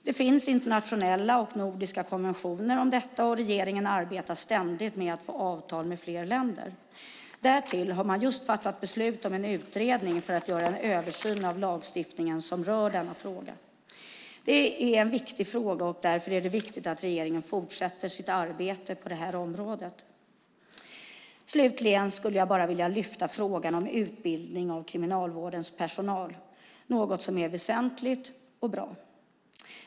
Det finns internationella och nordiska konventioner om detta, och regeringen arbetar ständigt med att få avtal med fler länder. Därtill har man just fattat beslut om en utredning för att göra en översyn av lagstiftningen som rör denna fråga. Det är en viktig fråga, och därför är det viktigt att regeringen fortsätter sitt arbete på detta område. Slutligen vill jag lyfta upp frågan om utbildning av Kriminalvårdens personal. Det är något som är både väsentligt och bra.